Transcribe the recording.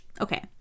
Okay